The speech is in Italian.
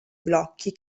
blocchi